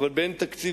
אבל באין תקציב,